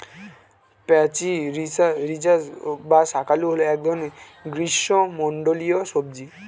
প্যাচিরিজাস বা শাঁকালু হল এক ধরনের গ্রীষ্মমণ্ডলীয় সবজি